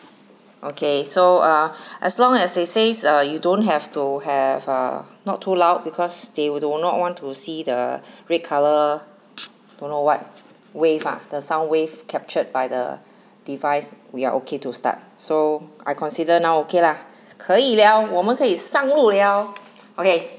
okay so ah as long as it says err you don't have to have err not too loud because they not want to see the red colour don't know what wave ah the sound wave captured by the device we are okay to start so I consider now okay lah 可以了我们可以上路了 okay